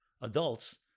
Adults